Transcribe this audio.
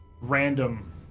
random